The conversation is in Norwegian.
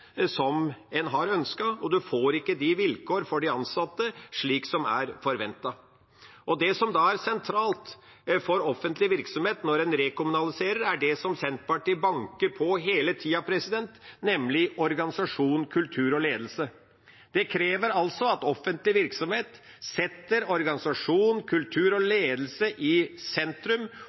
de vilkår for de ansatte som er forventet. Det som da er sentralt for offentlig virksomhet når en rekommunaliserer, er det som Senterpartiet «banker på» hele tiden, nemlig organisasjon, kultur og ledelse. Det krever at offentlig virksomhet setter organisasjon, kultur og ledelse i sentrum.